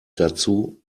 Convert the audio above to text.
dazu